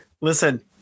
Listen